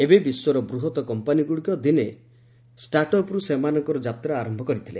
ଏବେ ବିଶ୍ୱର ବୃହତ୍ କମ୍ପାନୀ ଗୁଡ଼ିକ ଦିନେ ଷ୍ଟାଟ୍ ଅପ୍ରୁ ସେମାନଙ୍କର ଯାତ୍ରା ଆରୟ କରିଥିଲେ